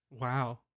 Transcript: Wow